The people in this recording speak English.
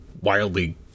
wildly